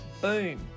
Boom